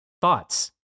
Thoughts